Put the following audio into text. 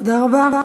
תודה רבה.